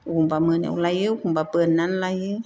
एखमब्ला मोनायाव लायो एखमब्ला बोननानै लायो